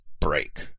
break